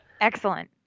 Excellent